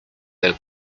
del